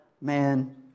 man